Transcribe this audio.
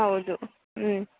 ಹೌದು ಹ್ಞೂ